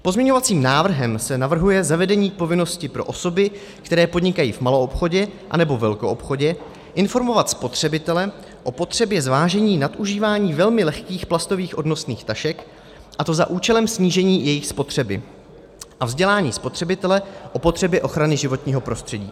Pozměňovacím návrhem se navrhuje zavedení povinnosti pro osoby, které podnikají v maloobchodě nebo velkoobchodě, informovat spotřebitele o potřebě zvážení nadužívání velmi lehkých plastových odnosných tašek, a to za účelem snížení jejich spotřeby, a vzdělání spotřebitele o potřebě ochrany životního prostředí.